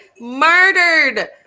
murdered